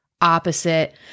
opposite